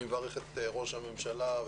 אני מברך את ראש הממשלה,